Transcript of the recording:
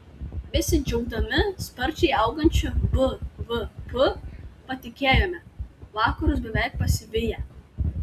besidžiaugdami sparčiai augančiu bvp patikėjome vakarus beveik pasiviję